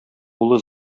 улы